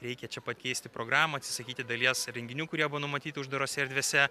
reikia čia pakeisti programą atsisakyti dalies renginių kurie buvo numatyti uždarose erdvėse